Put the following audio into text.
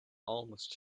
almost